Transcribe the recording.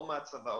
או מהצבא,